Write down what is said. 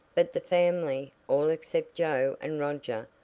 but the family, all except joe and roger,